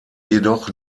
jedoch